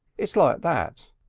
it's like that.